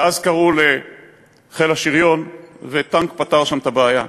ואז קראו לחיל השריון, וטנק פתר שם את הבעיה.